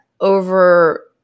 Over